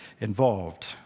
involved